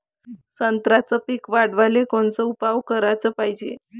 संत्र्याचं पीक वाढवाले कोनचे उपाव कराच पायजे?